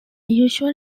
usual